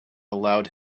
allowed